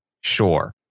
sure